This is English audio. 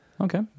Okay